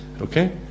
okay